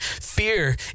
Fear